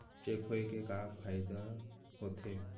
Cheque होए के का फाइदा होथे?